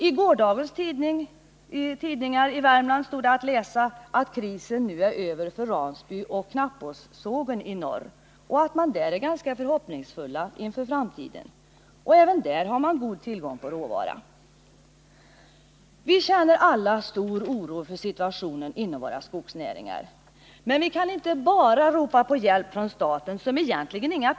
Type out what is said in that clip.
I gårdagens tidningar i Värmland stod att läsa att krisen nu är över för Ransby Såg och Knappåsens Sågverk i norr och att man där är ganska förhoppningsfull inför framtiden. Även dä Vi kan inte bara ropa på hjälp från staten — som egentligen inga pengar har. Vi är tillgången på råvara god. änner alla stor oro inför situationen inom våra skogsnäringar.